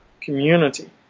community